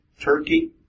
Turkey